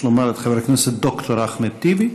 יש לומר: את חבר הכנסת ד"ר אחמד טיבי,